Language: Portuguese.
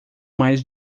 mais